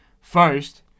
first